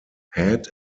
had